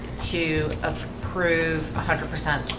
to approve a hundred percent